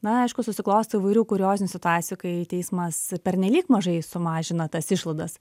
na aišku susiklosto įvairių kuriozinių situacijų kai teismas pernelyg mažai sumažina tas išlaidas